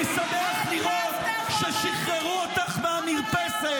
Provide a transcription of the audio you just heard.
אני שמח לראות ששחררו אותך מהמרפסת